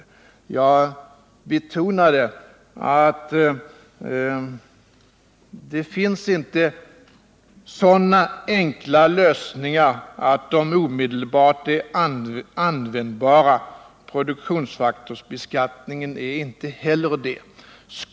Jag betonade att det inte finns några enkla lösningar som är omedelbart användbara. Produktionsfaktorsbeskattningen är inte heller någon sådan lösning.